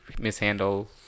mishandle